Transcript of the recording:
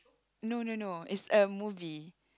no no no it's a movie